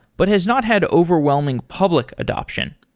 but has not had overwhelming public adoption.